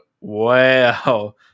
wow